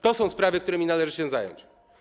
To są sprawy, którymi należy się zająć.